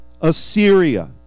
Assyria